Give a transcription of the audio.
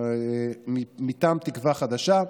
מטעם תקווה חדשה,